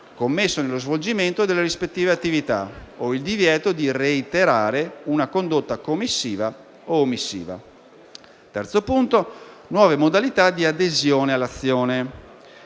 commesso nello svolgimento delle rispettive attività o il divieto di reiterare una condotta commissiva o omissiva. Il terzo punto riguarda le nuove modalità di adesione dall'azione: